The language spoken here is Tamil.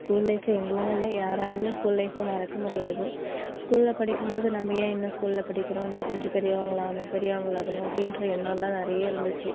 ஸ்கூல் லைஃப்பை எங்களால் இல்லை யாராலையுமே ஸ்கூல் லைஃப்பை மறக்க முடியாது ஸ்கூல்ல படிக்கும்போது நம்ம ஏன் இன்னும் ஸ்கூல்ல படிக்கிறோம் இன்னும் கொஞ்சம் பெரியவங்களாக ஆகணும் பெரியவங்களாக ஆகணும் அப்படின்ற எண்ணம்லாம் நிறைய இருந்துச்சு